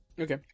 Okay